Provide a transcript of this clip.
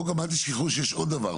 פה גם אל תשכחו שיש עוד דבר,